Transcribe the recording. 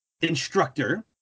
instructor